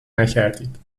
نکردید